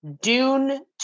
Dune